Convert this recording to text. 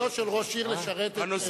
תפקידו של ראש העיר הוא לשרת את,